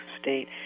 state